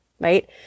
Right